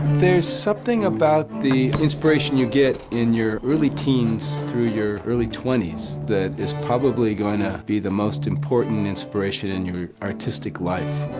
there's something about the inspiration you get in your early teens through your early twenties that is probably going to be the most important inspiration in your artistic life.